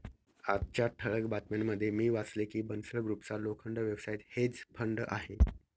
आजच्या ठळक बातम्यांमध्ये मी वाचले की बन्सल ग्रुपचा लोखंड व्यवसायात हेज फंड आहे